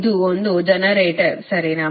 ಇದು ಒಂದು ಜನರೇಟರ್ ಸರಿನಾ